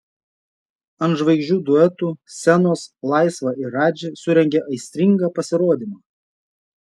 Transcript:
ant žvaigždžių duetų scenos laisva ir radži surengė aistringą pasirodymą